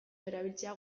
erabiltzea